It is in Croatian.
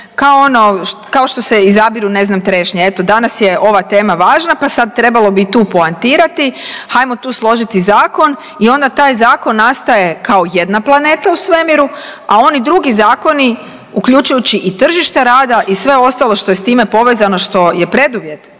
kao što se izabiru ne znam trešnje. Eto danas je ova tema važna, pa sada trebalo bi i tu poentirati, hajmo tu složiti zakon i onda taj zakon nastaje kao jedna planeta u svemiru, a oni drugi zakoni uključujući i tržište rada i sve ostalo što je s time povezano što je preduvjet